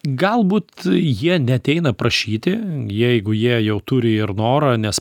galbūt jie neateina prašyti jeigu jie jau turi ir noro nes